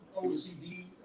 ocd